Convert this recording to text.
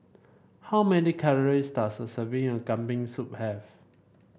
how many calories does a serving of Kambing Soup have